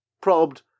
probed